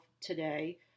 today